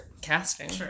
casting